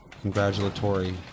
congratulatory